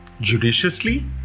judiciously